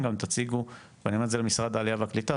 סוניה פרץ ממשרד החינוך.